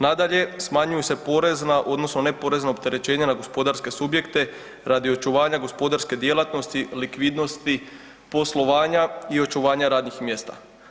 Nadalje, smanjuju se porezna odnosno neporezna opterećenja na gospodarske subjekte radi očuvanja gospodarske djelatnosti, likvidnosti, poslovanja i očuvanja radnih mjesta.